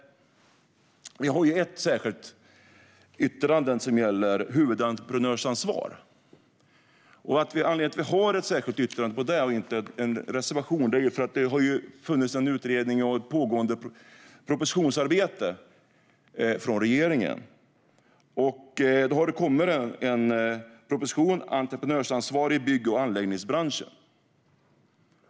Vi har ett särskilt yttrande som gäller huvudentreprenörsansvar. Anledningen till att vi har ett särskilt yttrande om det och inte en reservation är att det har funnits en utredning och ett pågående propositionsarbete inom regeringen. Det har nu kommit en proposition om entreprenörsansvar i bygg och anläggningsbranschen.